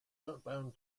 outbound